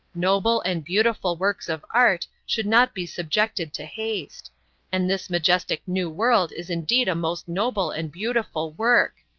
noble and beautiful works of art should not be subjected to haste and this majestic new world is indeed a most noble and beautiful work.